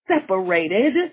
Separated